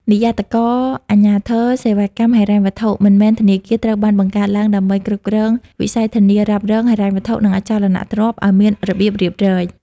និយ័តករអាជ្ញាធរសេវាកម្មហិរញ្ញវត្ថុមិនមែនធនាគារ ត្រូវបានបង្កើតឡើងដើម្បីគ្រប់គ្រងវិស័យធានារ៉ាប់រង ហិរញ្ញវត្ថុ និងអចលនទ្រព្យឱ្យមានរបៀបរៀបរយ។